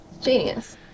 Genius